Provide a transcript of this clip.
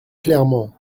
clairement